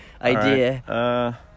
idea